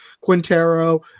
Quintero